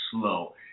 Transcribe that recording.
slow